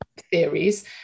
theories